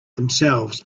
themselves